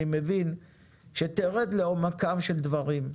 שתרד לעומקם של דברים,